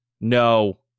No